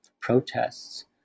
protests